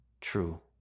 true